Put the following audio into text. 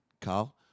Carl